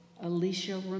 Alicia